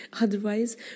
Otherwise